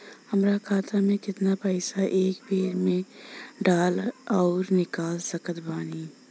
हमार खाता मे केतना पईसा एक बेर मे डाल आऊर निकाल सकत बानी?